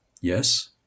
Yes